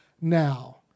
now